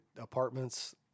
apartments